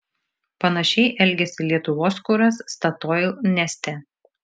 panašiai elgėsi lietuvos kuras statoil neste